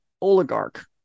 oligarch